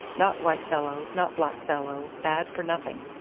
not white fellow, not black fellow. bad for nothing.